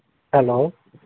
hello